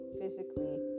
physically